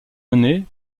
menées